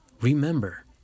remember